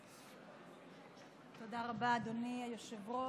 תודה רבה, אדוני היושב-ראש.